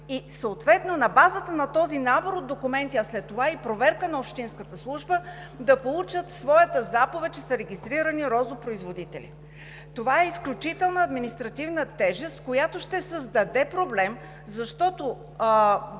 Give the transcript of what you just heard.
и съответно на базата на този набор от документи, а след това и проверка на общинската служба, да получат своята заповед, че са регистрирани розопроизводители. Това е изключителна административна тежест, която ще създаде проблем, защото